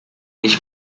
ich